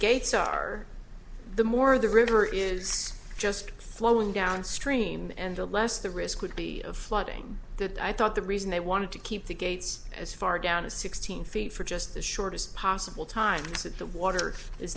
gates are the more the river is just flowing downstream and the less the risk would be flooding that i thought the reason they wanted to keep the gates as far down is sixteen feet for just the shortest possible time that the water is